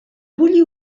bulli